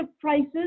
prices